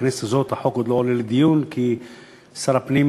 בכנסת הזאת החוק עוד לא עולה לדיון כי שר הפנים,